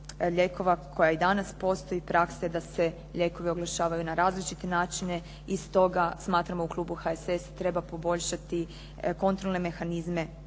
lijekova koja i danas postoji, praksa je da se lijekovi oglašavanje na različite načine i stoga smatramo u klubu HSS-a, treba poboljšati kontrolne mehanizme